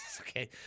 Okay